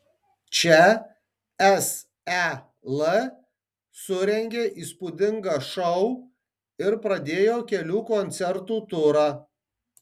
čia sel surengė įspūdingą šou ir pradėjo kelių koncertų turą